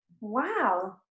Wow